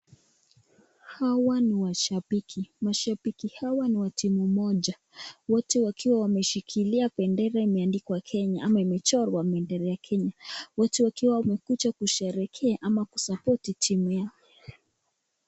Hawa ni washabiki, washabiki hawa ni timu moja, wote wakiwa wameshikilia bendera imeandikwa Kenya, ama imechorwa bendera ya Kenya . Watu wakiwa wamekuja kusherekea ama kusapoti timu yao .